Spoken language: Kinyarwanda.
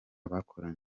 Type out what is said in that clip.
bakoranye